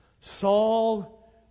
Saul